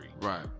Right